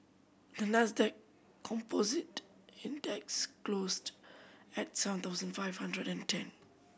the Nasdaq Composite Index closed at seven thousand five hundred and ten